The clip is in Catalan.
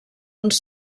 uns